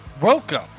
Welcome